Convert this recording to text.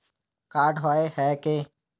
Card होय है की?